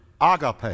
agape